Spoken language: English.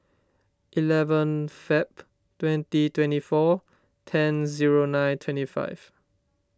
eleven Feb twenty twenty four ten zero nine twenty five